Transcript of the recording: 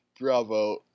Bravo